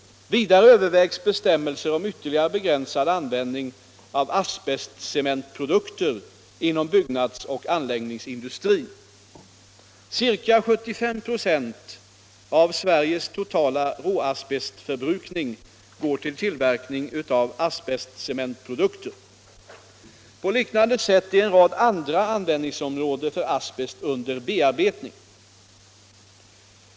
Vidare övervägs bestämmelser om ytterligare begränsad användning av asbestcementprodukter inom byggnadsoch anläggningsindustrin. Ca 75 96 av Sveriges totala råasbestförbrukning går till tillverkning av asbestcementprodukter. På liknande sätt är en rad andra användningsområden för asbest under bearbetning.